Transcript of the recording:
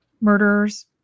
murderers